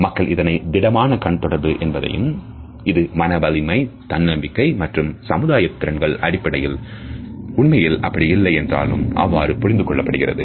மக்கள் இதனை திடமான கண் தொடர்பு என்பதையும் இது மன வலிமை தன்னம்பிக்கை மற்றும் சமுதாய திறன்கள் அடிப்படையில்உண்மையில் அப்படி இல்லை என்றாலும் அவ்வாறு புரிந்துகொள்ளப்படுகிறது